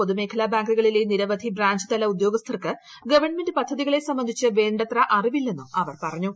പൊതുമേഖലാ ബാങ്കുകളിലെ നിരവധി ബ്രാഞ്ചുതല ഉദ്യോഗസ്ഥർക്ക് ഗവൺമെന്റ് പദ്ധതികളെ സംബന്ധിച്ച് വേണ്ടത്ര അറിവില്ലെന്നും അവർ പറഞ്ഞു